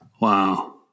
Wow